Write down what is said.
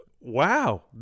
Wow